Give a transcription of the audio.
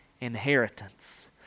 inheritance